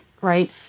right